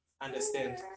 understand